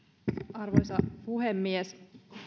arvoisa puhemies